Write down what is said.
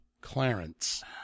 Clarence